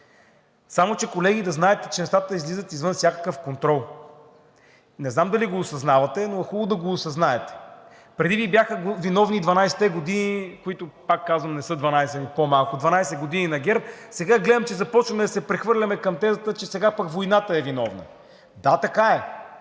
Само че, колеги, да знаете, че нещата излизат извън всякакъв контрол. Не знам дали го осъзнавате, но хубаво е да го осъзнаете. Преди Ви бяха виновни 12-те години на ГЕРБ, които, пак казвам, не са 12, а са по-малко. Сега гледам, че започваме да се прехвърляме към тезата, че сега пък войната е виновна. Да, така е.